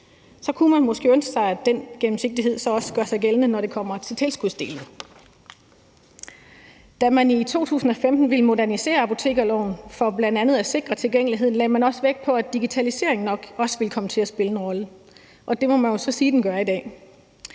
Så kunne man måske ønske sig, at den gennemsigtighed så også gjorde sig gældende, når det kommer til tilskudsdelen. Da man i 2015 ville modernisere apotekerloven for bl.a. at sikre tilgængeligheden, lagde man også vægt på, at digitaliseringen nok ville komme til at spille en rolle, og det må man jo så sige at den gør i dag.